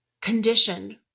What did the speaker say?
conditioned